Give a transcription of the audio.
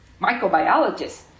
microbiologists